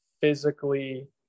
physically